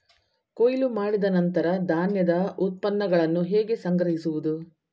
ಕೊಯ್ಲು ಮಾಡಿದ ನಂತರ ಧಾನ್ಯದ ಉತ್ಪನ್ನಗಳನ್ನು ಹೇಗೆ ಸಂಗ್ರಹಿಸುವುದು?